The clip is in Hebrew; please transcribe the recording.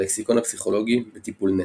בלקסיקון הפסיכולוגי "בטיפולנט"